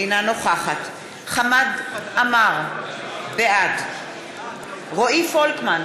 אינה נוכחת חמד עמאר, בעד רועי פולקמן,